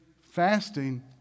fasting